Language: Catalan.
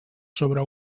sobre